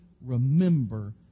remember